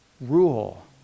rule